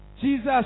Jesus